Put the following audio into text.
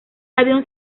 avión